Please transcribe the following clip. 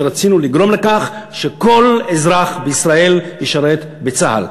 שרצינו לגרום לכך שכל אזרח בישראל ישרת בצה"ל.